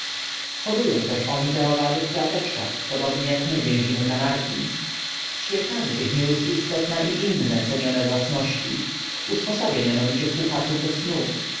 hodują też oni te owady w klateczkach podobnie jak my więzimy kanarki ćwierkanie tych miłych istot ma i inne cenne własności usposabia mianowicie słuchaczów do snu